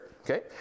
Okay